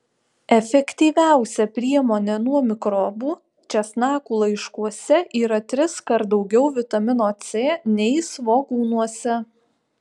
efektyviausia priemonė nuo mikrobų česnakų laiškuose yra triskart daugiau vitamino c nei svogūnuose